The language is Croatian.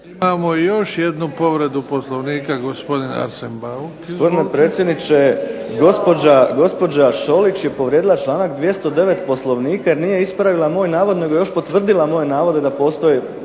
Imamo još jednu povredu Poslovnika. Gospodin Arsen Bauk, izvolite. **Bauk, Arsen (SDP)** Gospodine predsjedniče, gospođa Šolić je povrijedila čl. 209. Poslovnika jer nije ispravila moj navod nego je još potvrdila moje navode da postoje